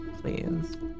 please